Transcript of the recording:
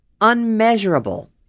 unmeasurable